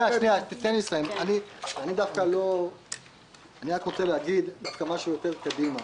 אני רק רוצה להגיד כמה שיותר קדימה.